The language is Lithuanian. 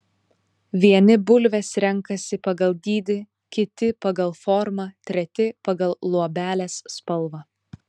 vieni bulves renkasi pagal dydį kiti pagal formą treti pagal luobelės spalvą